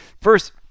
First